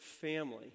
family